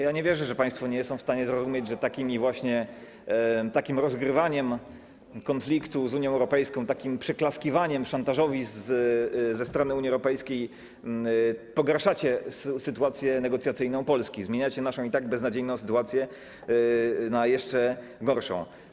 Ja nie wierzę, że państwo nie są w stanie zrozumieć, że takim właśnie rozgrywaniem konfliktu z Unią Europejską, takim przyklaskiwaniem szantażowi ze strony Unii Europejskiej pogarszacie sytuację negocjacyjną Polski, zmieniacie naszą i tak beznadziejną sytuację na jeszcze gorszą.